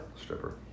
Stripper